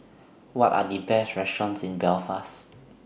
What Are The Best restaurants in Belfast